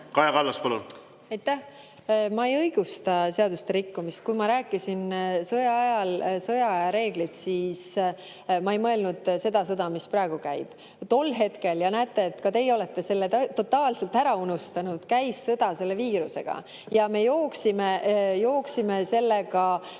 Kaja Kallas, palun! Aitäh! Ma ei õigusta seaduste rikkumist. Kui ma rääkisin, et sõja ajal on sõjaaja reeglid, siis ma ei mõelnud seda sõda, mis praegu käib. Tol hetkel – ja näete, ka teie olete selle totaalselt ära unustanud – käis sõda viirusega, me jooksime sellega